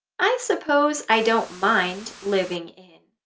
i suppose i don't mind living in.